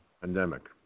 pandemic